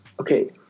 okay